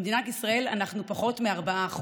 במדינת ישראל אנחנו עם פחות מ-4%,